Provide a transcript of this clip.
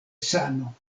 sano